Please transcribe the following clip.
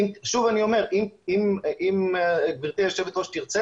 שוב אני אומר: אם גברתי היושבת-ראש תרצה,